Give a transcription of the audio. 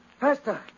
Faster